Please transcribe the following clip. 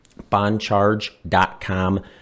bondcharge.com